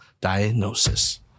diagnosis